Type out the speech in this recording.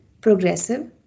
progressive